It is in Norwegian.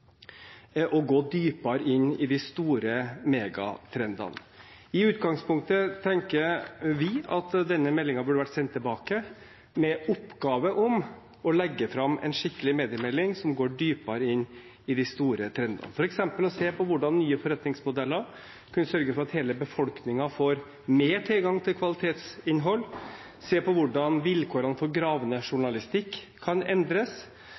å gå dypere inn i de store megatrendene. I utgangspunktet tenker vi at denne meldingen burde vært sendt tilbake med oppgave om å legge fram en skikkelig mediemelding som går dypere inn i de store trendene, f.eks. å se på hvordan nye forretningsmodeller kunne sørge for at hele befolkningen får mer tilgang til kvalitetsinnhold, se på hvordan vilkårene for gravende journalistikk kan endres,